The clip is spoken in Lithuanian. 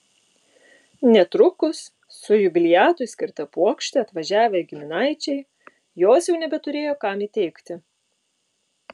netrukus su jubiliatui skirta puokšte atvažiavę giminaičiai jos jau nebeturėjo kam įteikti